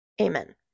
Amen